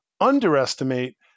underestimate